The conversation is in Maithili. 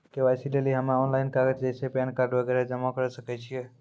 के.वाई.सी लेली हम्मय ऑनलाइन कागज जैसे पैन कार्ड वगैरह जमा करें सके छियै?